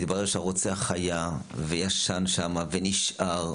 מתברר שהרוצח היה וישן שם ונשאר.